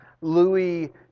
louis